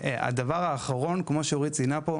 והדבר האחרון: כמו שאורית ציינה פה,